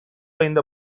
ayında